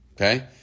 Okay